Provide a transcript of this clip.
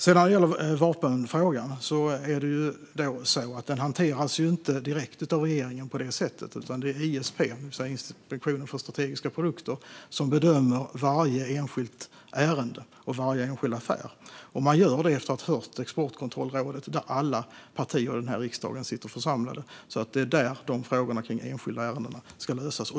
När det gäller vapenfrågan hanteras den inte direkt av regeringen, utan det är ISP, Inspektionen för strategiska produkter, som bedömer varje enskilt ärende och varje enskild affär. Detta gör man efter att ha hört Exportkontrollrådet, där alla partier i riksdagen sitter församlade. Det är där frågor som rör enskilda ärenden ska lösas.